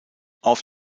auf